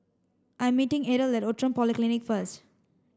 I'm meeting Adele at Outram Polyclinic first